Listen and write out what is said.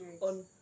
on